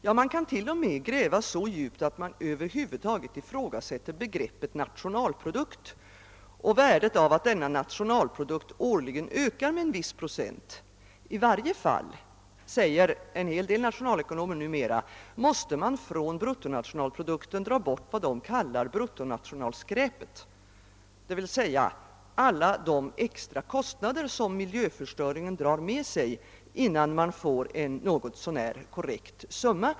Ja, man kan t.o.m. gräva så djupt att man över huvud taget ifrågasätter begreppet nationalprodukt och framför allt värdet av att denna nationalprodukt årligen ökar med en viss procent. I varje fall måste man, enligt vad en hel del nationalekonomer numera uttalar, från bruttonationalprodukten dra bort vad de kallar bruttonationalskräpet, dvs. alla de extra kostnader som miljöförstöringen för med sig, för att få en något så när korrekt siffra.